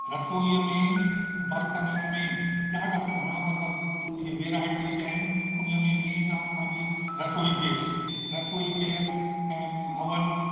रसोई में बरतननि में ॾाढा घणा मतिलबु इहे वेराएटीस आहिनि उन्हीअ में मेन आहे पंहिंजे रसोई गैस रसोई गैस ऐं अवन